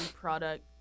product